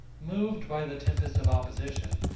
moved by the tempest of opposition,